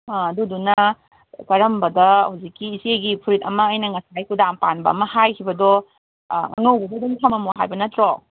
ꯑꯥ ꯑꯗꯨꯗꯨꯅ ꯀꯔꯝꯕꯗ ꯍꯧꯖꯤꯛꯀꯤ ꯏꯆꯦꯒꯤ ꯐꯨꯔꯤꯠ ꯑꯃ ꯑꯩꯅ ꯉꯁꯥꯏ ꯀꯨꯗꯥꯝ ꯄꯥꯟꯕ ꯑꯃ ꯍꯥꯏꯈꯤꯕꯗꯣ ꯑꯉꯧꯕꯗꯣ ꯑꯗꯨꯝ ꯊꯃꯝꯃꯣ ꯍꯥꯏꯕ ꯅꯠꯇ꯭ꯔꯣ